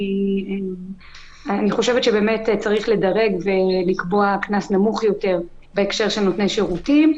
אני חושבת שצריך לדרג ולקבוע קנס נמוך יותר בהקשר של נותני שירותים,